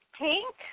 pink